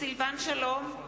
סילבן שלום,